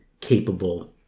capable